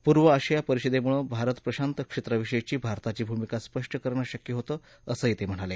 पूर्व आशिया परिषदेमुळे भारत प्रशांत क्षेत्राविषयीची भारताची भुमिका स्पष्ट करणं शक्य होतं असंही ते म्हणाले